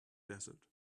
desert